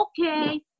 okay